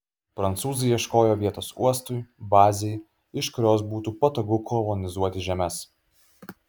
prancūzai ieškojo vietos uostui bazei iš kurios būtų patogu kolonizuoti žemes